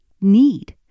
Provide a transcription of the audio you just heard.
need